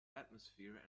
atmosphere